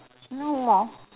no more